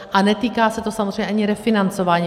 A netýká se to samozřejmě ani refinancování.